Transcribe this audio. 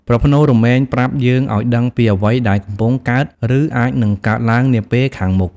ប្រផ្នូលរមែងប្រាប់យើងឲ្យដឹងពីអ្វីដែលកំពុងកើត ឬអាចនឹងកើតឡើងនាពេលខាងមុខ។